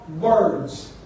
words